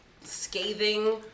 scathing